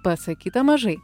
pasakyta mažai